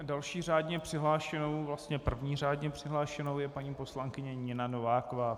Další řádně přihlášenou, vlastně první řádně přihlášenou je paní poslankyně Nina Nováková.